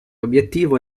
obiettivo